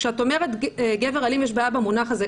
כשאת אומרת גבר אלים יש בעיה במונח הזה.